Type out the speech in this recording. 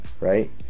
right